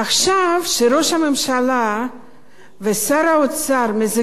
כשראש הממשלה ושר האוצר מזגזגים,